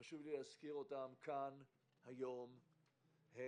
שחשוב לי להזכירם כאן היום הם: